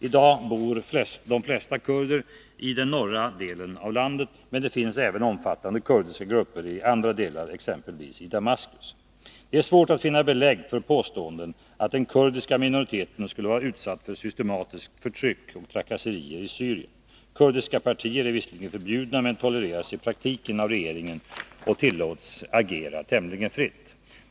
I dag bor de flesta kurder i den norra delen av landet, men det finns även omfattande kurdiska grupper i andra delar, exempelvis i Damaskus. Det är svårt att finna belägg för påståenden att den kurdiska minoriteten skulle vara utsatt för systematiskt förtryck och trakasserier i Syrien. Kurdiska partier är visserligen förbjudna men tolereras i praktiken av regeringen och tillåts agera tämligen fritt.